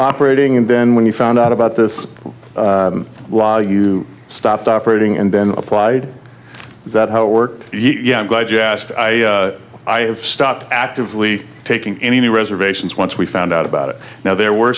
operating in then when you found out about this law you stopped operating and then applied that how it worked yeah i'm glad you asked i i have stopped actively taking any reservations once we found out about it now there were